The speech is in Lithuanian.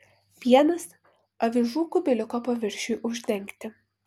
pienas avižų kubiliuko paviršiui uždengti